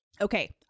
okay